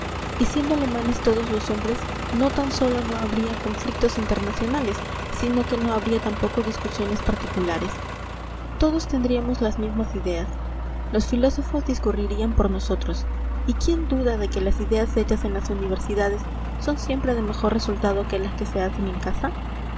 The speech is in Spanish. y siendo alemanes todos los hombres no tan sólo no habría conflictos internacionales sino que no habría tampoco discusiones particulares todos tendríamos las mismas ideas los filósofos discurrirían por nosotros y quién duda de que las ideas hechas en las universidades son siempre de mejor resultado que las que se hacen en casa